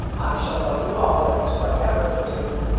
shall love you always, whatever you do.